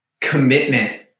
commitment